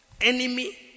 Enemy